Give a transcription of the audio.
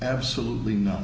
absolutely no